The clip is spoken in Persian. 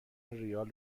ریال